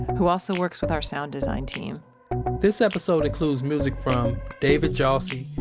who also works with our sound design team this episode includes music from david jassy,